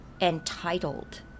entitled